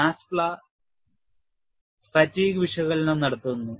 NASFLA fatigue വിശകലനം നടത്തുന്നു